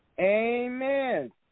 Amen